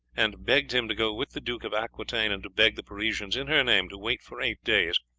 and begged him to go with the duke of aquitaine and beg the parisians in her name to wait for eight days,